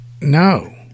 No